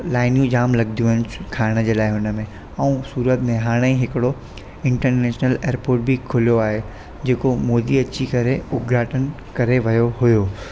लाइनियूं झाम लॻंदियूं आहिनि खाइण जे लाइ हुन में ऐं सूरत में हाणे हिकिड़ो इंटरनैशनल एयरपोट बि खुलियो आहे जेको मोदी अची करे उदघाटन करे वियो हुयो